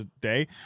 day